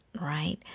right